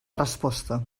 resposta